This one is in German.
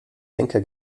denker